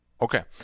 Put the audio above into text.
Okay